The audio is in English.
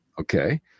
Okay